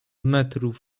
metrów